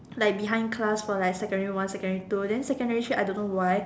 like behind class for like secondary one secondary two then secondary three I don't know why